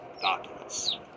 documents